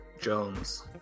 Jones